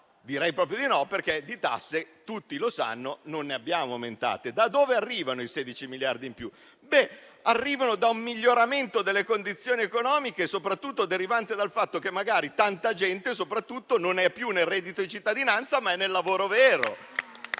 Direi proprio di no, perché le tasse - tutti lo sanno - non le abbiamo aumentate. Da dove arrivano i 16 miliardi in più? Derivano da un miglioramento delle condizioni economiche e soprattutto dal fatto che magari tanta gente non è più nel reddito di cittadinanza, ma è nel lavoro vero